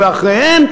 ואחריהן,